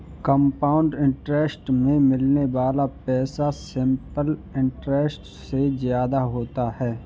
compound interest में मिलने वाला पैसा सिंपल इंटरेस्ट से ज्यादा होता है